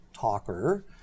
talker